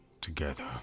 together